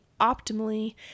optimally